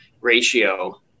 ratio